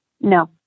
No